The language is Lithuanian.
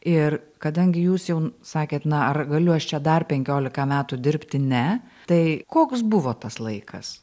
ir kadangi jūs jau sakėt na ar galiu aš čia dar penkiolika metų dirbti ne tai koks buvo tas laikas